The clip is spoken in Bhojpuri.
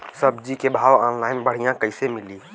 सब्जी के भाव ऑनलाइन बढ़ियां कइसे मिली?